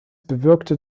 bewirkte